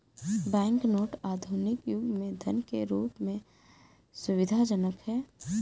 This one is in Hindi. बैंक नोट आधुनिक युग में धन के रूप में सुविधाजनक हैं